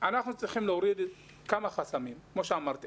אנחנו צריכים להוריד כמה חסמים כמו שאמרתי.